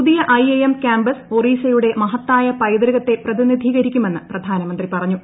പുതിയ IIM campus ഒറീസയുടെ മഹത്തായ പൈതൃകത്തെ പ്രതിനിധീകരിക്കുമെന്ന് പ്രധാനമന്ത്രി പറഞ്ഞു